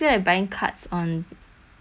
the animate store sia